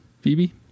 Phoebe